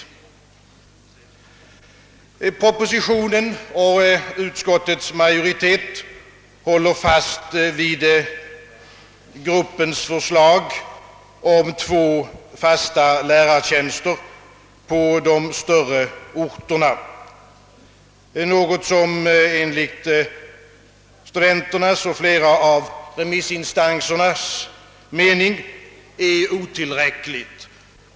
Utskottsmajoriteten håller, liksom devJartementschefen i propositionen, fast vid arbetsgruppens förslag om två fasta lärartjänster på de större orterna, något som enligt studenternas och flera av remissinstansernas mening är otillräckligt.